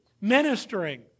ministering